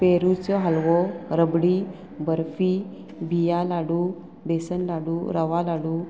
पेरूच हलवो रबडी बर्फी बिया लाडू बेसन लाडू रवा लाडू